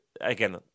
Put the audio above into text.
Again